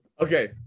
Okay